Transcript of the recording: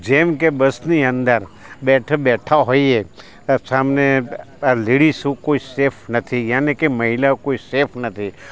જેમ કે બસની અંદર બેઠ બેઠા હોઈએ સામે લેડીસુ કોઈ સેફ નથી યાની કે મહિલાઓ કોઈ સેફ નથી